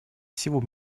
всего